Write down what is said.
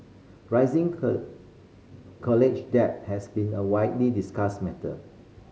rising college debt has been a widely discussed matter